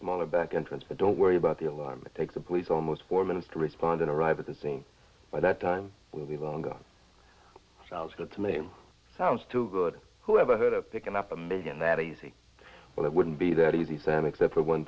smaller back entrance but don't worry about the alarm take the police almost four minutes to respond and arrive at the scene by that time will be longer sounds good to me sounds too good who ever heard of picking up a million that easy but it wouldn't be that easy sam except for one